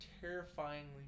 terrifyingly